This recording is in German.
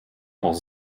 auch